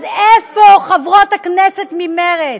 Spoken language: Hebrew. אז איפה חברות הכנסת ממרצ?